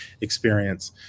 experience